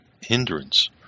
hindrance